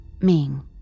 Ming